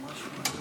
מה נשמע?